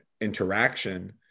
interaction